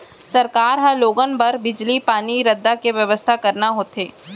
सरकार ल लोगन बर बिजली, पानी, रद्दा के बेवस्था करना होथे